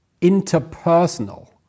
interpersonal